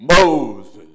Moses